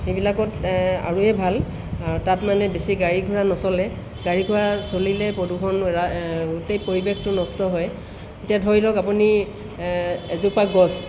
সেইবিলাকত আৰুৱে ভাল আৰু তাত মানে বেছি গাড়ী ঘোঁৰা নচলে গাড়ী ঘোঁৰা চলিলেই প্ৰদূষণ গোটেই পৰিৱেশটো নষ্ট হয় এতিয়া ধৰি লওক আপুনি এজোপা গছ